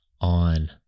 on